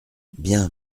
bien